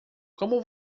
como